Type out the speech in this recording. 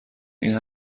این